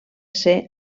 ser